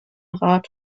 rad